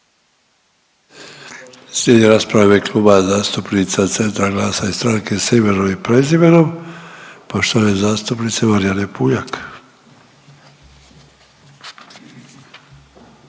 Slijedi rasprava u ime Kluba zastupnica Centra, GLAS-a i Stranke s imenom i prezimenom, poštovane zastupnice Marijane Puljak.